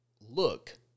look